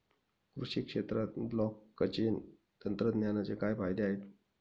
कृषी क्षेत्रात ब्लॉकचेन तंत्रज्ञानाचे काय फायदे आहेत?